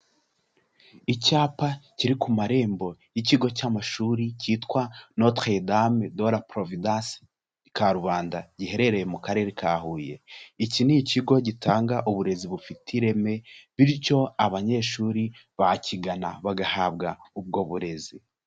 Icyapa kiri ku marembo y'ikigo cy'amashuri kitwa Notre Dame de la Providece Karubanda, giherereye mu karere ka Kuye, iki ni ikigo gitanga uburezi bufite ireme bityo abanyeshuri bakigana, bagahabwa ubwo burezi.